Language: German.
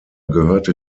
gehörte